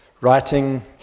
writing